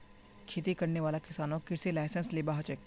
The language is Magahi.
खेती करने वाला किसानक कृषि लाइसेंस लिबा हछेक